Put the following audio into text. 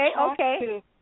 okay